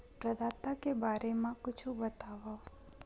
प्रदाता के बारे मा कुछु बतावव?